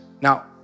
Now